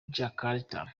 jakarta